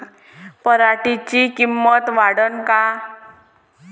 पराटीची किंमत वाढन का?